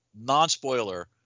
non-spoiler